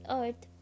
earth